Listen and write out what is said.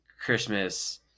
Christmas